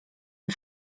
and